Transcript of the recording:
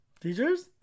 Teachers